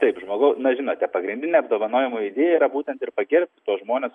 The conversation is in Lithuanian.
taip žmogau na žinote pagrindinė apdovanojimų idėja yra būtent ir pagerbti tuos žmones